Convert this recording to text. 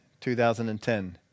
2010